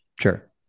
sure